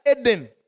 Eden